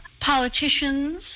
politicians